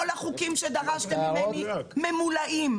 כל החוקים שדרשתם ממני אני ממלאת.